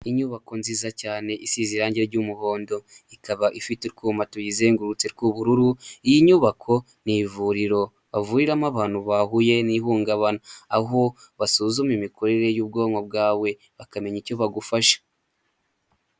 Inyubako nziza cyane isize irangi ry'umuhondo, ikaba ifite utwuma tuyizengurutse rw'ubururu, iyi nyubako ni ivuriro bavuriramo abantu bahuye n'ihungabana aho basuzuma imikorere y'ubwonko bwawe bakamenya icyo bagufasha.